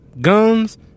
guns